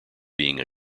being